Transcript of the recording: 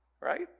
Right